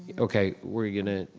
yeah okay, we're gonna,